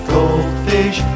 Goldfish